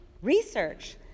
research